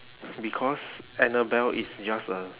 because annabelle is just a